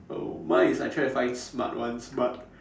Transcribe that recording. oh mine is I try to find smart ones but